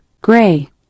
Gray